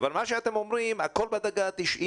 אבל מה שאתם אומרים זה שהכול בדקה ה-90,